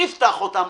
נפתח אותם.